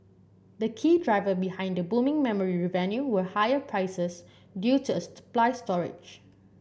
the key driver behind the booming memory revenue were higher prices due to a supply storage